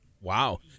Wow